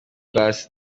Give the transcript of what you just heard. bass